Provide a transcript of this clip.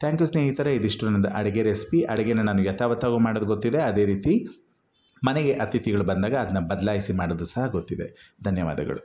thank you ಸ್ನೇಹಿತರೆ ಇದಿಷ್ಟು ನಂದು ಅಡುಗೆ ರೆಸಿಪಿ ಅಡಿಗೇನ ನಾನು ಯಥಾವತ್ತಾಗಿಯೂ ಮಾಡೋದು ಗೊತ್ತಿದೆ ಅದೇ ರೀತಿ ಮನೆಗೆ ಅತಿಥಿಗಳು ಬಂದಾಗ ಅದನ್ನ ಬದಲಾಯಿಸಿ ಮಾಡೋದು ಸಹ ಗೊತ್ತಿದೆ ಧನ್ಯವಾದಗಳು